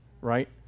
right